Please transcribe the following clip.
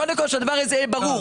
קודם כל, שהדבר הזה יהיה ברור.